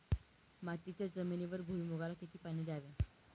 मातीच्या जमिनीवर भुईमूगाला किती पाणी द्यावे?